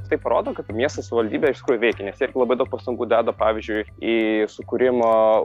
tai parodo kad miesto savaldybė iš tikrųjų veikia nes jie labai daug pastangų deda pavyzdžiui į sukūrimą